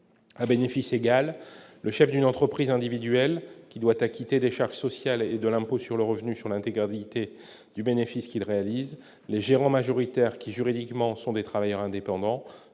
à bénéfice égale le chef d'une entreprise individuelle qui doit acquitter des charges sociales, de l'impôt sur le revenu sur l'intégralité du bénéfice qu'ils réalisent légèrement majoritaires qui, juridiquement, sont des travailleurs indépendants